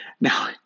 Now